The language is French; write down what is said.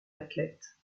athlète